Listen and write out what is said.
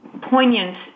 poignant